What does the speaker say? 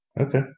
okay